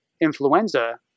influenza